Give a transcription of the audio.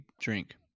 drink